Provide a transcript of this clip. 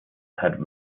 had